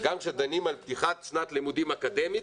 גם כשדנים על פתיחת שנת לימודים אקדמית,